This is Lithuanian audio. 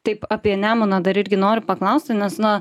taip apie nemuną dar irgi noriu paklausti nes na